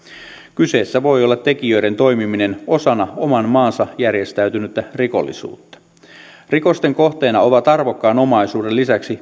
kyseessä voi olla tekijöiden toimiminen osana oman maansa järjestäytynyttä rikollisuutta rikosten kohteena ovat arvokkaan omaisuuden lisäksi